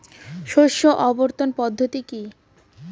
শস্য আবর্তন পদ্ধতি কি?